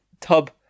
Tub